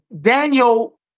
Daniel